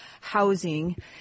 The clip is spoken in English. housing